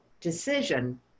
decision